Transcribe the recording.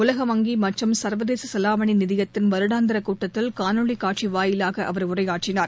உலக வங்கிமற்றும் சர்வதேசசெலாவணிநிதியத்தின் வருடாந்திரகூட்டத்தில் காணொலிகாட்சிவாயிலாகஅவர் உரையாற்றினார்